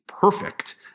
perfect